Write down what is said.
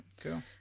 Cool